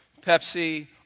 Pepsi